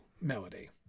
melody